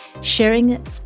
sharing